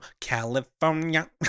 California